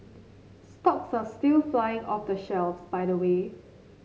stocks are still flying off the shelves by the way